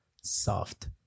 soft